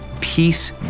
Peace